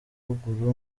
ruguru